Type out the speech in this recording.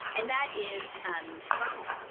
and that is um trauma.